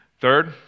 Third